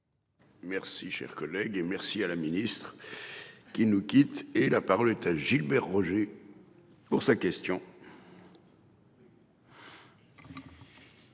Merci cher collègue. Et merci à la ministre. Qui nous quitte et la parole est à Gilbert Roger. Pour sa question.